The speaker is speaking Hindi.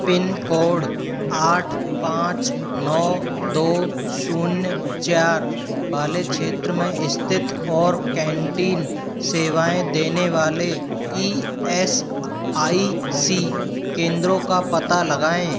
पिनकोड आठ पाँच नौ दो शून्य चार वाले क्षेत्र में स्थित और कैंटीन सेवाएँ देने वाले ई एस आई सी केंद्रो का पता लगाएँ